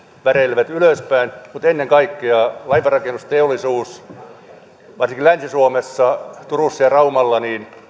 väreilevät ylöspäin mutta ennen kaikkea laivanrakennusteollisuudesta varsinkin länsi suomessa turussa ja raumalla